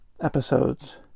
episodes